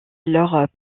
alors